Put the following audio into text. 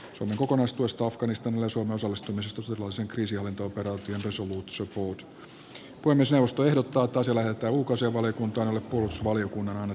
suomen kokonaistuesta afganistanille suun osallistumisesta puhemiesneuvosto ehdottaa että asia lähetetään ulkoasiainvaliokuntaan jolle puolustusvaliokunnan on annettava lausunto